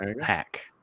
hack